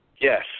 Yes